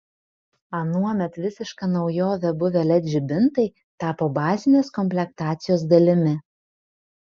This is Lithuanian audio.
anuomet visiška naujove buvę led žibintai tapo bazinės komplektacijos dalimi